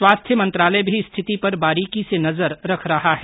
स्वास्थ्य मंत्रालय भी स्थिति पर बारीकी से नजर रख रहा है